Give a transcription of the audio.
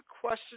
question